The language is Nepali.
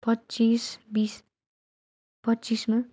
पच्चिस बिस पच्चिसमा